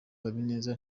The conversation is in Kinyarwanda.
habineza